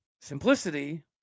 Simplicity